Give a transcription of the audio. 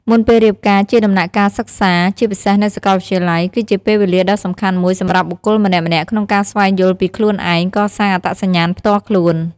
មុនពេលរៀបការជាដំណាក់កាលសិក្សា ជាពិសេសនៅសកលវិទ្យាល័យ គឺជាពេលវេលាដ៏សំខាន់មួយសម្រាប់បុគ្គលម្នាក់ៗក្នុងការស្វែងយល់ពីខ្លួនឯង កសាងអត្តសញ្ញាណផ្ទាល់ខ្លួន។